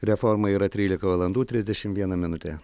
reformą yra trylika valandų trisdešim viena minutė